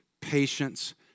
patience